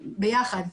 ביחד,